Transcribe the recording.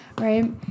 Right